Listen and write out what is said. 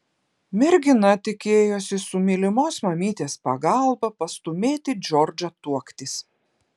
mergina tikėjosi su mylimos mamytės pagalba pastūmėti džordžą tuoktis